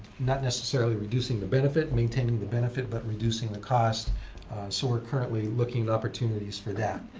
not necessarily reducing the benefit. maintaining the benefit but reducing the cost so we're currently looking at opportunities for that.